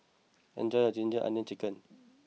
enjoy your Ginger Onions Chicken